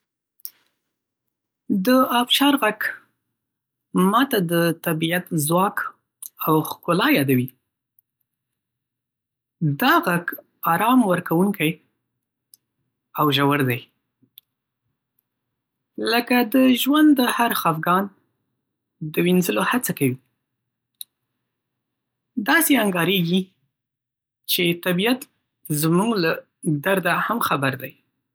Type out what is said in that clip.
د آبشار غږ ما ته د طبیعت ځواک او ښکلا یادوي. دا غږ ارام ورکوونکی او ژور دی، لکه د ژوند د هر خفګان د وینځلو هڅه کوي. داسې انګارېږي چې طبیعت زموږ له درده هم خبر دی.